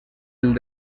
els